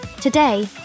Today